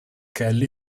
kelly